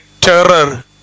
terror